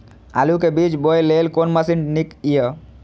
आलु के बीज बोय लेल कोन मशीन नीक ईय?